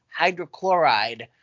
hydrochloride